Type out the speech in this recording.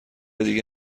دیگه